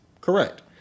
Correct